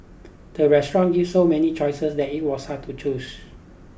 the restaurant gave so many choices that it was hard to choose